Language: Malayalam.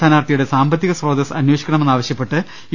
സ്ഥാനാർഥിയുടെ സാമ്പത്തിക സ്രോതസ്സ് അമ്പേഷിക്കണമെന്ന് ആവശ്യപ്പെട്ട് യു